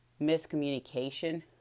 miscommunication